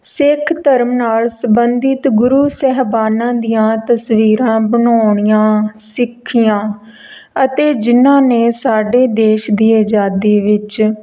ਸਿੱਖ ਧਰਮ ਨਾਲ ਸੰਬੰਧਿਤ ਗੁਰੂ ਸਾਹਿਬਾਨਾਂ ਦੀਆਂ ਤਸਵੀਰਾਂ ਬਣਾਉਣੀਆਂ ਸਿੱਖੀਆਂ ਅਤੇ ਜਿਨ੍ਹਾਂ ਨੇ ਸਾਡੇ ਦੇਸ਼ ਦੀ ਆਜ਼ਾਦੀ ਵਿੱਚ